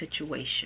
situation